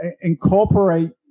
incorporate